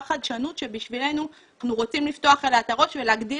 חדשנות שבשבילנו אנחנו רוצים לפתוח אליה אל הראש ולהגדיל